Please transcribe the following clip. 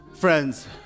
Friends